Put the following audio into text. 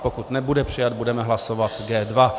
Pokud nebude přijat, budeme hlasovat G2.